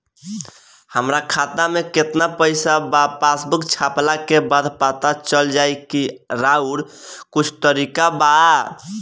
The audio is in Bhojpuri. हमरा खाता में केतना पइसा बा पासबुक छपला के बाद पता चल जाई कि आउर कुछ तरिका बा?